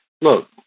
look